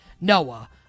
Noah